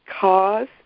cause